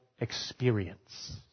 experience